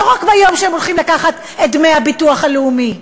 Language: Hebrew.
לא רק ביום שהם הולכים לקחת את דמי הביטוח הלאומי,